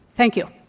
thank you.